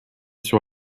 sur